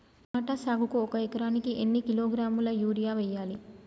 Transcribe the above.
Tomato సాగుకు ఒక ఎకరానికి ఎన్ని కిలోగ్రాముల యూరియా వెయ్యాలి?